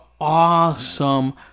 awesome